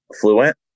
fluent